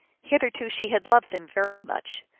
hitherto she had loved them very much.